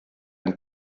ein